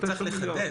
צריך לחדד.